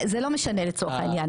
זה לא משנה לצורך העניין,